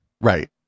Right